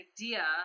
idea